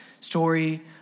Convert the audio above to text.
story